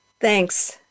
Thanks